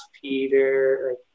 Peter